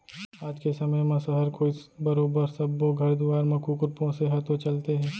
आज के समे म सहर कोइत बरोबर सब्बो घर दुवार म कुकुर पोसे ह तो चलते हे